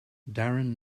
darren